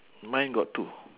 mine got two